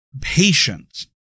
patience